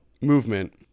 movement